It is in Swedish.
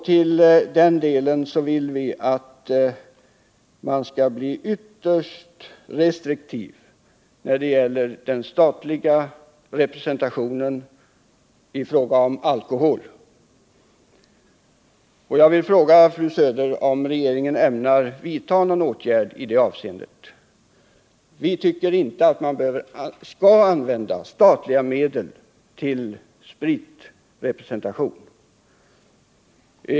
Vi vill att man skall bli ytterst restriktiv med den statliga representationen i fråga om alkohol, och jag vill fråga fru Söder om regeringen ämnar vidta någon åtgärd i det avseendet. Vi tycker inte att man skall använda statliga medel till Spritrepresentation.